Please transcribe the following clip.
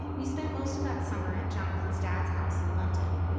we spent most of that summer at jonathan's dad's house in london.